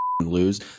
lose